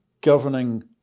governing